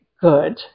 good